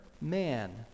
man